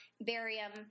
barium